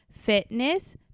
Fitness